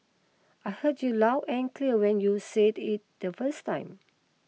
I heard you loud and clear when you said it the first time